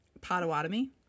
Potawatomi